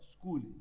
School